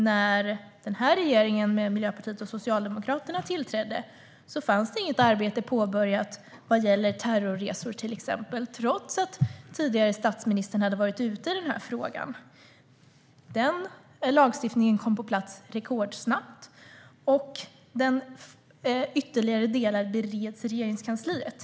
När denna regering med Miljöpartiet och Socialdemokraterna tillträdde hade inget arbete påbörjats gällande till exempel terrorresor, trots att den tidigare statsministern tagit upp frågan. Den lagstiftningen kom på plats rekordsnabbt, och ytterligare delar bereds i Regeringskansliet.